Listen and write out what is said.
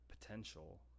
potential